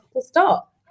stop